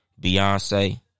Beyonce